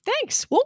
thanks